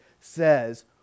says